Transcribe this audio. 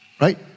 right